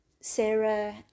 Sarah